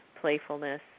playfulness